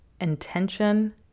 intention